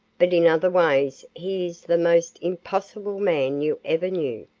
but in other ways he is the most impossible man you ever knew.